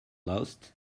lost